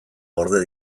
gorde